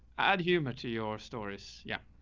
add humor to your stories. yeah.